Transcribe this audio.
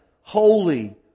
Holy